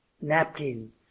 napkin